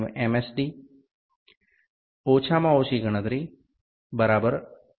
D ઓછામાં ઓછી ગણતરી 1 M